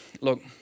look